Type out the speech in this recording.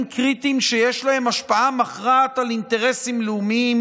קריטיים שיש להם השפעה מכרעת על אינטרסים לאומיים,